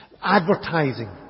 Advertising